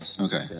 Okay